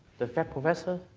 the fat professor?